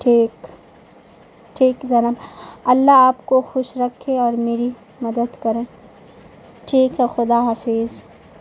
ٹھیک ٹھیک ذرا اللہ آپ کو خوش رکھے اور میری مدد کریں ٹھیک ہے خدا حافظ